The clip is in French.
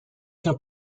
qu’un